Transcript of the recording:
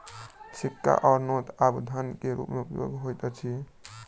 सिक्का आ नोट आब धन के रूप में उपयोग होइत अछि